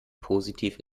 positiv